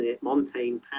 montane